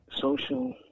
social